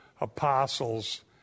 apostles